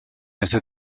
este